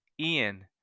ian